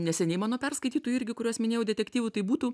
neseniai mano perskaitytų irgi kuriuos minėjau detektyvų tai būtų